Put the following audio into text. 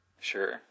Sure